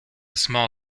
small